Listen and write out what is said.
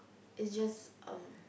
it's just um